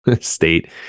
state